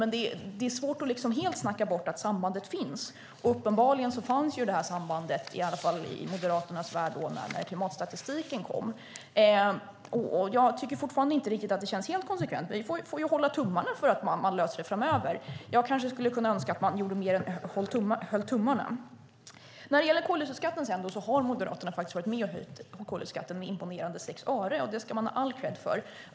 Det är dock svårt att helt snacka bort att sambandet finns, och uppenbarligen fanns detta samband i Moderaternas värld när klimatstatistiken kom. Jag tycker att det inte känns helt konsekvent, men vi får hålla tummarna för att man löser det framöver. Dock skulle jag önska att man gjorde mer än höll tummarna. Moderaterna har varit med och höjt koldioxidskatten med imponerande 6 öre, och det ska man ha all kredd för.